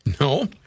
No